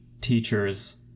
teachers